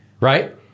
right